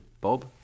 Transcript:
Bob